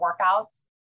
workouts